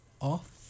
off